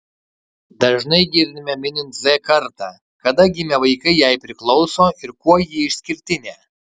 dažnai girdime minint z kartą kada gimę vaikai jai priklauso ir kuo ji išskirtinė